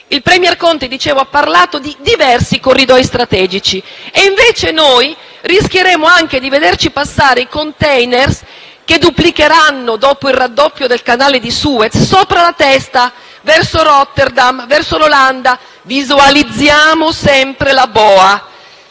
agli Stati Uniti) ha parlato di diversi corridoi strategici. Invece noi rischieremo anche di vederci passare i *container* che duplicheranno, dopo il raddoppio del Canale di Suez, sopra la testa, verso Rotterdam, verso l'Olanda. Visualizziamo sempre la boa.